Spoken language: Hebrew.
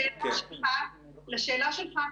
לשאלה שלך,